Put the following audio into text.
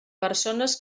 persones